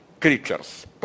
creatures